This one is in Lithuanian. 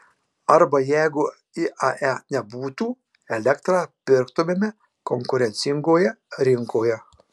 arba jeigu iae nebūtų elektrą pirktumėme konkurencingoje rinkoje